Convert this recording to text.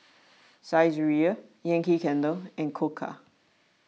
Saizeriya Yankee Candle and Koka